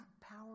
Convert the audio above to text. power